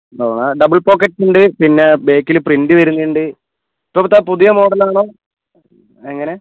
double pocket ഉണ്ട് പിന്നെ ബാക്കില് പ്രിൻ്റ് വരുന്നത് ഉണ്ട് ഇപ്പോഴത്തെ പുതിയ മോഡൽ ആണോ എങ്ങനെ